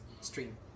stream